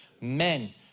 Men